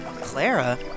Clara